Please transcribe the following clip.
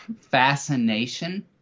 fascination